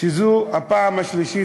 שזו הפעם השלישית,